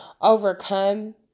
overcome